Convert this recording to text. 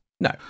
No